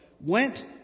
went